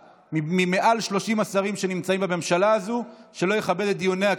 ממעל 30 השרים שנמצאים בממשלה הזו שיכבד את דיוני הכנסת.